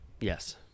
yes